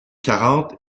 quarante